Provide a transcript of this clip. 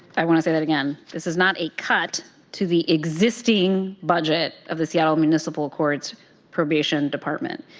i want to say that again, this is not a cut to the existing budget of the seattle municipal courts probation department.